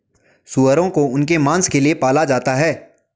सूअरों को उनके मांस के लिए पाला जाता है